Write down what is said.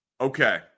Okay